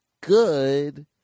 good